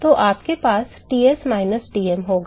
तो आपके पास Ts माइनस Tm होगा